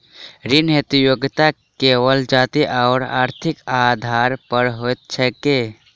ऋण हेतु योग्यता केवल जाति आओर आर्थिक आधार पर होइत छैक की?